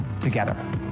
together